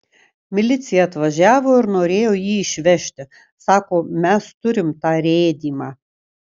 milicija atvažiavo ir norėjo jį išvežti sako mes turim tą rėdymą